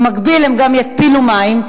במקביל הם גם יתפילו מים,